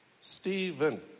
Stephen